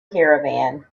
caravan